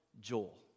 Joel